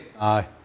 Aye